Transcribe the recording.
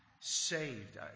saved